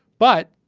but